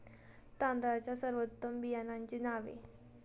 तांदळाच्या सर्वोत्तम बियाण्यांची नावे?